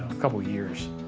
a couple of years.